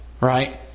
Right